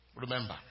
Remember